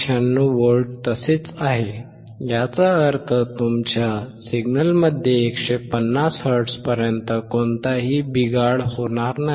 96 volt तसेच आहे याचा अर्थ तुमच्या सिग्नलमध्ये 150 हर्ट्झपर्यंत कोणताही बिघाड होणार नाही